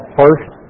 first